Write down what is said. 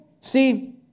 See